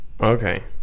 okay